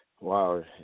Wow